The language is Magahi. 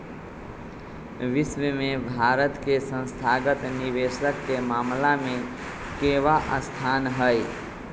विश्व में भारत के संस्थागत निवेशक के मामला में केवाँ स्थान हई?